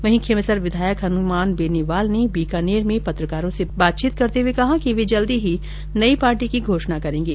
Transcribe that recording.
वहीं खींवसर विधायक हनुमान बेनीवाल ने बीकानेर में पत्रकारों से बातचीत करते हुए कहा कि वे जल्द ही नई पार्टी की घोषणा करेंगे